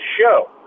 show